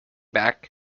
back